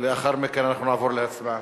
לאחר מכן נעבור להצבעה.